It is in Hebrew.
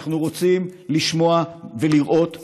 אנחנו רוצים לשמוע ולראות מעשים.